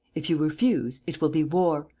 if you refuse, it will be war,